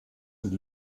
und